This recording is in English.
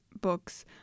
books